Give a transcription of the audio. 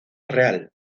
real